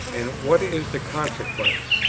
and what is the consequence?